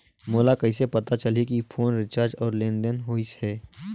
मोला कइसे पता चलही की फोन रिचार्ज और लेनदेन होइस हे?